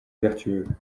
vertueux